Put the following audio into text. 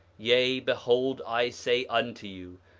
yea, behold i say unto you,